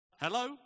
Hello